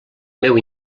meu